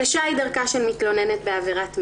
"קשה היא דרכה של מתלוננת בעבירת מין.